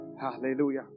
Hallelujah